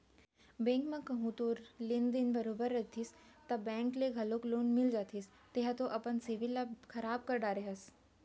bank म कहूँ तोर लेन देन बरोबर रहितिस ता बेंक ले घलौक लोन मिल जतिस तेंहा तो अपन सिविल ल खराब कर डरे हस